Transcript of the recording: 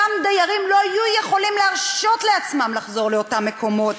אותם דיירים לא יהיו יכולים להרשות לעצמם לחזור לאותם מקומות.